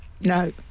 No